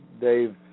Dave